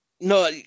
No